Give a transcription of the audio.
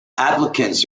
applicants